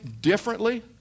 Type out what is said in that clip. differently